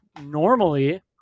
normally –